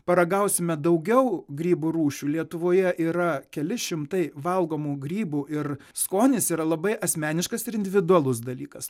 paragausime daugiau grybų rūšių lietuvoje yra keli šimtai valgomų grybų ir skonis yra labai asmeniškas ir individualus dalykas